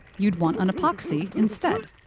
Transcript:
you'd want an epoxy instead.